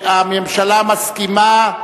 הממשלה מסכימה,